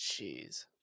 Jeez